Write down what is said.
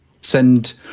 send